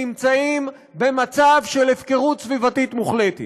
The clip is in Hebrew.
נמצאים במצב של הפקרות סביבתית מוחלטת.